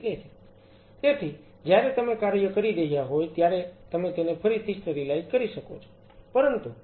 તેથી જ્યારે તમે કાર્ય કરી રહ્યા હોવ ત્યારે તમે તેને ફરીથી સ્ટરીલાઈઝ કરી શકો છો